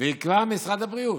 ויקבע משרד הבריאות,